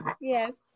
Yes